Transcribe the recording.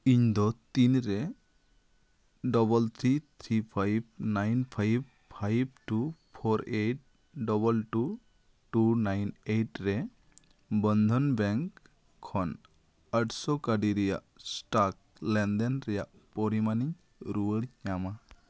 ᱤᱧ ᱫᱚ ᱛᱤᱱ ᱨᱮ double three three five nine five five two four eight double two two nine eight ᱨᱮ ᱵᱚᱱᱫᱷᱚᱱ ᱵᱮᱸᱠ ᱠᱷᱚᱱ ᱟᱴ ᱥᱚ ᱠᱟᱹᱣᱰᱤ ᱨᱮᱭᱟᱜ ᱥᱴᱟᱠ ᱞᱮᱱᱫᱮᱱ ᱨᱮᱭᱟᱜ ᱯᱚᱨᱤᱢᱟᱱᱤᱧ ᱨᱩᱣᱟᱹᱲ ᱧᱟᱢᱟ